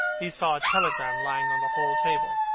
he saw a telegram lying on the hall table.